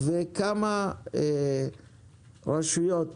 כמה רשויות